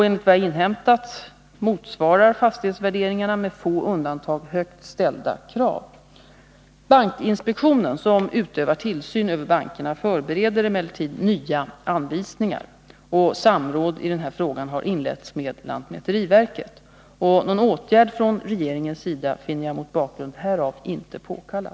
Enligt vad jag inhämtat motsvarar fastighetsvärderingarna med få undantag högt ställda krav. Bankinspektionen, som utövar tillsyn över bankerna, förbereder emellertid nya anvisningar. Samråd i denna fråga har inletts med lantmäteriverket. Någon åtgärd från regeringens sida finner jag mot bakgrund härav inte påkallad.